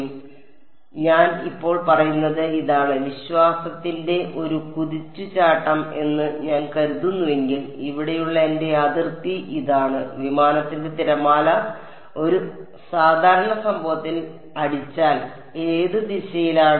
അതിനാൽ ഞാൻ ഇപ്പോൾ പറയുന്നത് ഇതാണ് വിശ്വാസത്തിന്റെ ഒരു കുതിച്ചുചാട്ടം എന്ന് ഞാൻ കരുതുന്നുവെങ്കിൽ ഇവിടെയുള്ള എന്റെ അതിർത്തി ഇതാണ് വിമാനത്തിന്റെ തിരമാല ഒരു സാധാരണ സംഭവത്തിൽ അടിച്ചാൽ ഏത് ദിശയിലാണ്